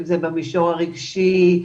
אם זה במישור הרגשי,